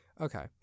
Okay